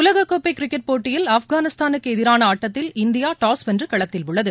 உலகக் கோப்பை கிரிக்கெட் போட்டியில் ஆப்கானிஸ்தானுக்கு எதிரான ஆட்டத்தில் இந்தியா டாஸ் வென்று களத்தில் உள்ளது